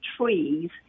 trees